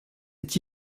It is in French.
est